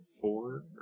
four